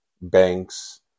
banks